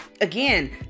again